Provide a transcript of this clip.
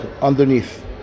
underneath